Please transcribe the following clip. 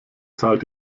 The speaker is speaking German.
zahlt